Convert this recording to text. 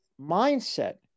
mindset